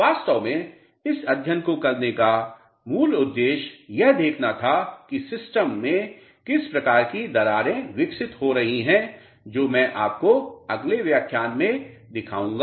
वास्तव में इस अध्ययन को करने का मूल उद्देश्य यह देखना था कि सिस्टम में किस प्रकार की दरारें विकसित हो रही हैं जो मैं आपको अगले व्याख्यान में दिखाऊंगा